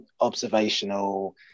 observational